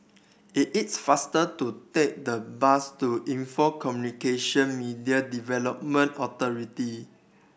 it is faster to take the bus to Info Communications Media Development Authority